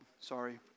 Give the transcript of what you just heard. sorry